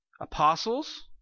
Apostles